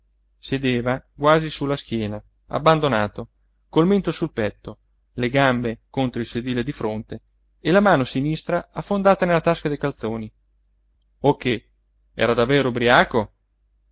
sedeva quasi sulla schiena abbandonato col mento sul petto le gambe contro il sedile di fronte e la mano sinistra affondata nella tasca dei calzoni oh che era davvero ubriaco